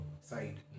side